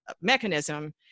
mechanism